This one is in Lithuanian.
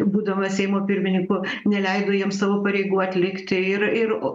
būdamas seimo pirmininku neleido jiems savo pareigų atlikti ir ir o